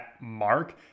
mark